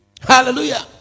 Hallelujah